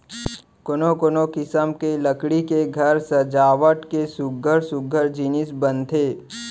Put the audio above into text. कोनो कोनो किसम के लकड़ी ले घर सजावट के सुग्घर सुग्घर जिनिस बनथे